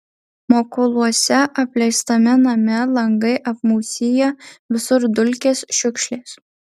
mokoluose apleistame name langai apmūsiję visur dulkės šiukšlės